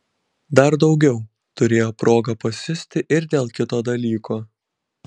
dar daugiau turėjo progą pasiusti ir dėl kito dalyko